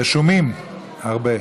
רשומים הרבה.